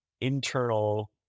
internal